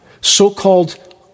so-called